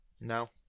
No